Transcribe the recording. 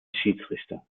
schiedsrichter